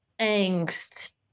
angst